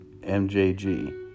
MJG